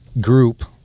group